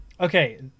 Okay